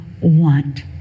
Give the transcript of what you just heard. want